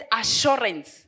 assurance